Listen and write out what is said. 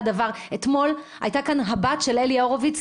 אתמול הייתה כאן הבת של אלי הורוביץ,